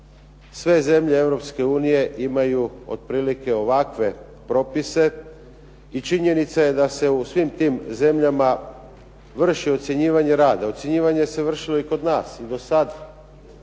unije imaju otprilike ovakve propise i činjenica je da se u svim tim zemljama vrši ocjenjivanje rada. Ocjenjivanje se vršilo i kod nas i do sad.